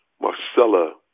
Marcella